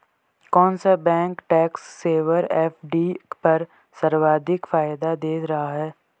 कौन सा bank tax saver FD पर सर्वाधिक फायदा दे रहा है?